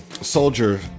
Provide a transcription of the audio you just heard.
soldier